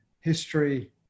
history